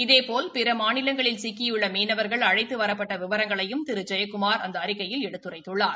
இதேபோல் பிற மாநிலங்களில் சிக்கியுள்ள மீனவர்கள் அழைத்து வரப்பட்ட விவரங்களையும் திரு ஜெயக்குமார் அந்த அறிக்கையில் எடுத்துரைத்துள்ளார்